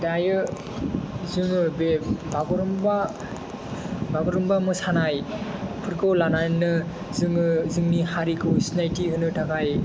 दायो जोङो बे बागुरुम्बा मोसानायफोरखौ लानानैनो जोङो जोंनि हारिखौ सिनायथि होनो थाखाय